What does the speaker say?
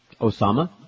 Osama